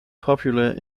popular